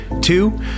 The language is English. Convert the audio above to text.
Two